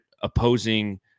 opposing